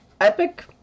Epic